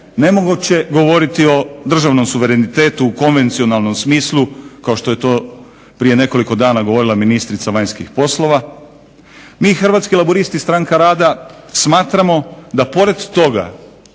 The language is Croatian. nemoguće govoriti o državnom suverenitetu u konvencionalnom smislu kao što je to prije nekoliko dana govorila ministrica vanjskih poslova. Mi Hrvatski laburisti-stranka rada smatramo da pored toga